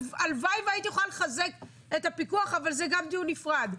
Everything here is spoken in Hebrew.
הלוואי והייתי יכולה לחזק את הפיקוח אבל זה דיון נפרד.